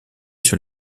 sur